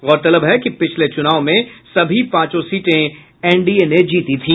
गौरतलब है कि पिछले च्रनाव में सभी पांचों सीटें एनडीए ने जीती थी